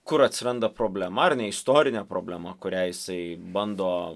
kur atsiranda problema ar ne istorinė problema kurią jisai bando